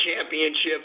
championships